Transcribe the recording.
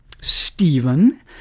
Stephen